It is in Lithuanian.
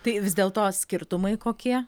tai vis dėl to skirtumai kokie